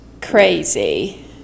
crazy